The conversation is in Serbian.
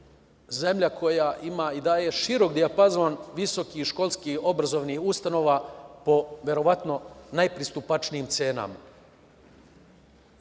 zemlja koja ima i daje širok dijapazon visoko školskih obrazovnih ustanova po verovatno, najpristupačnijim cenama.